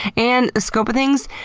and the scope of things